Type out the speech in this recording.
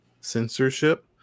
censorship